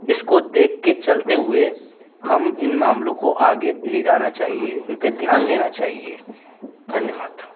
इसको देख के चलाते हुए हम इन मामलों को आगे ले जाना चाहिए इन पर ध्यान देना चाहिए धन्यवाद